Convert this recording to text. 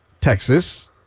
Texas